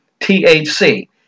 THC